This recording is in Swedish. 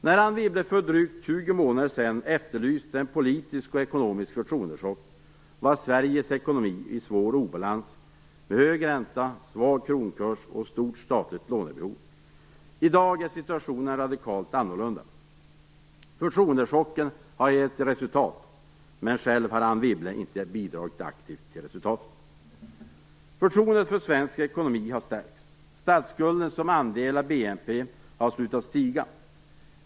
När Anne Wibble för drygt 20 månader sedan efterlyste en politisk och ekonomisk förtroendechock var Sveriges ekonomi i svår obalans, med hög ränta, svag kronkurs och stort statligt lånebehov. I dag är situationen radikalt annorlunda. Förtroendechocken har gett resultat, men själv har Anne Wibble inte aktivt bidragit till resultatet. Förtroendet för svensk ekonomi har stärkts. Statsskulden som andel av BNP har slutat stiga.